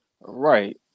Right